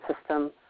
system